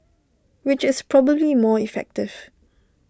which is probably more effective